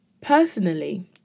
Personally